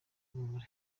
urumuri